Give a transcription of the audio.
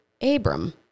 Abram